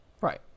right